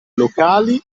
locali